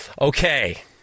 Okay